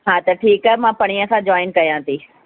हा त ठीकु आहे मां पणीह खां जॉइन कया थी